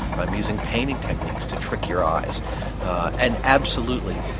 i'm using painting techniques to trick your eyes and absolutely